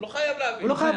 הוא לא חייב להעביר.